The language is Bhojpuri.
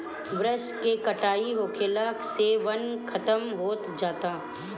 वृक्ष के कटाई होखला से वन खतम होत जाता